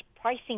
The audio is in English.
pricing